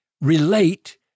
relate